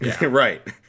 Right